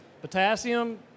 Potassium